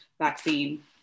vaccine